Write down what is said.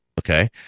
Okay